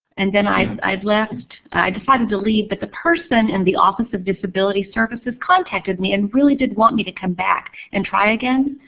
and then i'd i'd left. i'd decided to leave, but the person in the office of disability services contacted me and really did want me to come back and try again.